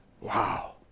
Wow